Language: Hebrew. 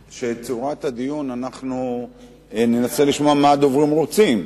אנחנו ננסה לשמוע מה הדוברים רוצים.